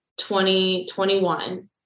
2021